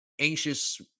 anxious